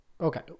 okay